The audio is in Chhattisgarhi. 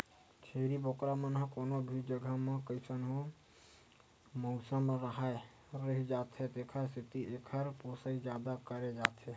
छेरी बोकरा मन ह कोनो भी जघा म कइसनो मउसम राहय रहि जाथे तेखर सेती एकर पोसई जादा करे जाथे